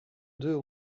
deux